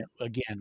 again